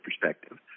perspective